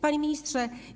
Panie Ministrze!